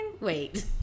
wait